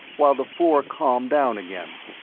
while the floor calmed down again.